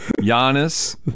Giannis